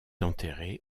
enterré